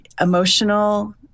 emotional